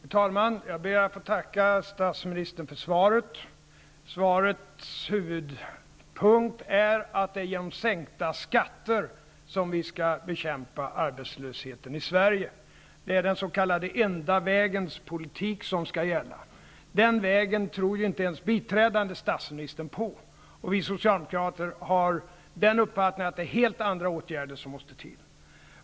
Fru talman! Jag ber att få tacka statsministern för svaret. Svarets huvudpunkt är att det är genom sänkta skatter som vi skall bekämpa arbetslösheten i Sverige. Det är den s.k. enda vägens politik som skall gälla. Den vägen tror ju inte ens biträdande statsministern på. Och vi socialdemokrater har den uppfattningen att det är helt andra åtgärder som måste till.